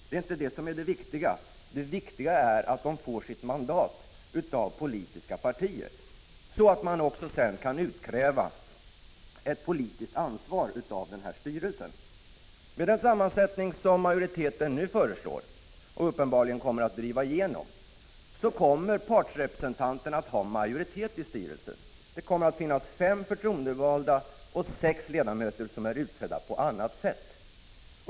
Det är inte det viktiga, utan det är att de får sina mandat av politiska partier, så att man sedan också kan utkräva ett politiskt ansvar av styrelsen i fråga. Med den sammansättning som majoriteten nu föreslår och uppenbarligen kommer att driva igenom kommer partsrepresentanterna att ha majoritet i styrelsen. Det kommer att finnas fem förtroendevalda ledamöter och sex ledamöter som är utsedda på annat sätt.